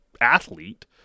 athlete